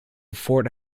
fort